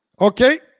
Okay